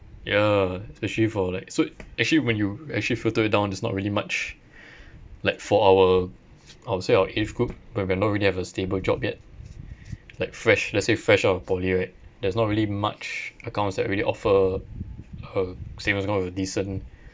ya especially for like so actually when you actually filter it down there's not really much like for our our set of age group where we're not really have a stable job yet like fresh let's say fresh out of poly right there's not really much accounts that really offer uh saving accounts with a decent